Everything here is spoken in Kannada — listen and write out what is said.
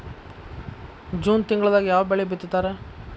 ಜೂನ್ ತಿಂಗಳದಾಗ ಯಾವ ಬೆಳಿ ಬಿತ್ತತಾರ?